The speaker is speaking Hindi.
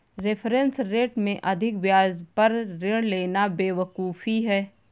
रेफरेंस रेट से अधिक ब्याज पर ऋण लेना बेवकूफी है